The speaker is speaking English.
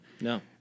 No